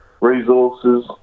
resources